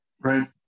right